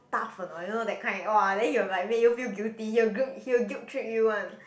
tough or not you know that kind !wah! then he will like make you feel guilty he'll he'll guilt trip you [one]